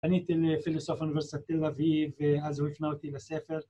‫פניתי לפילוסוף באוניברסיטת תל אביב ‫ואז הוא הפנה אותי לספר.